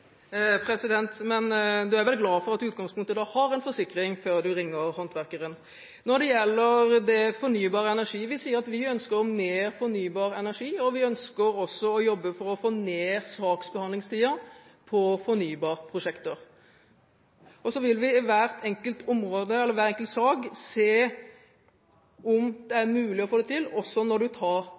Men du er vel glad for at du da i utgangspunktet har en forsikring før du ringer håndverkeren. Når det gjelder fornybar energi: Vi sier at vi ønsker mer fornybar energi, og vi ønsker også å jobbe for å få ned saksbehandlingstiden på fornybarprosjekter. Og så vil vi i hver enkelt sak se om det er mulig å få det til, også når du tar